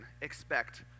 expect